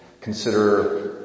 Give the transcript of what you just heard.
consider